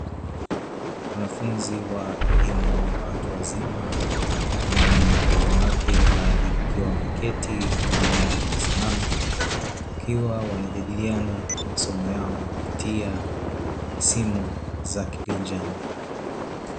Wanafunzi wa elimu ya watu wazima wanaume kwa wanawake, baadhi wakiwa wameketi wengine wamesimama, wakiwa wanajadiliana masomo yao kupitia simu za kiganjani